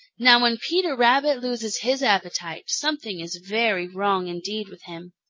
now when peter rabbit loses his appetite, something is very wrong indeed with him.